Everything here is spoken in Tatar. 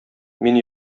мин